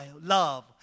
love